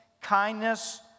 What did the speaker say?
kindness